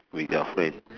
with your friend